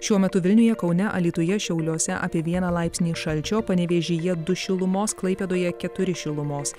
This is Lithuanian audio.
šiuo metu vilniuje kaune alytuje šiauliuose apie vieną laipsnį šalčio panevėžyje du šilumos klaipėdoje keturi šilumos